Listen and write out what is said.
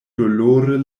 dolore